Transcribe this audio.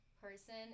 person